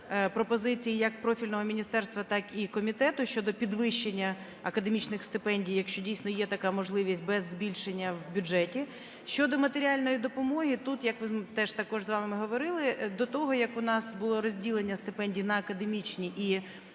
пропозицій як профільного міністерства, так і комітету щодо підвищення академічних стипендій, якщо, дійсно, є така можливість, без збільшення в бюджеті. Щодо матеріальної допомоги. Тут, як теж також з вами говорили, до того, як у нас було розділення стипендій на академічні і